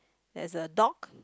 there is a dog